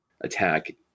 attack